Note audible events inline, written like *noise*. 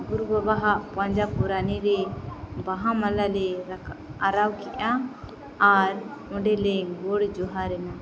ᱜᱩᱨᱩ ᱵᱟᱵᱟᱦᱟᱜ ᱯᱟᱸᱡᱟ ᱯᱚᱨᱟᱱᱤᱨᱮ ᱵᱟᱦᱟᱢᱟᱢᱟᱞᱮ *unintelligible* ᱟᱨᱟᱣᱠᱮᱫᱼᱟ ᱟᱨ ᱚᱸᱰᱮᱞᱮ ᱜᱚᱰᱼᱡᱚᱦᱟᱨᱮᱱᱟ